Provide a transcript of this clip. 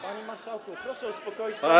Panie marszałku, proszę uspokoić pana.